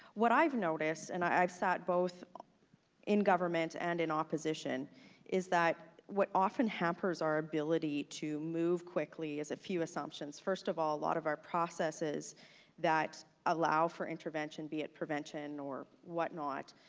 what i've noticed, and i've sat both in government and in opposition is that what often hampers our ability to move quickly is a few assumptions. first of all, a lot of our processes that allow for intervention, be it prevention or what not,